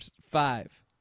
Five